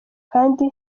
kandi